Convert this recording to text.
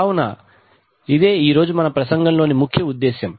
కావున ఇదే ఈరోజు ప్రసంగంలోని ముఖ్య ఉద్దేశ్యం